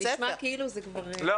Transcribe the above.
לא, זה נשמע כאילו --- לא.